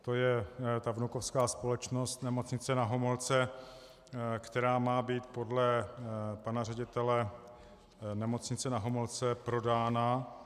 To je ta vnukovská společnost Nemocnice Na Homolce, která má být podle pana ředitele Nemocnice Na Homolce prodána.